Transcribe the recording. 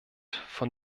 von